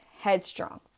headstrong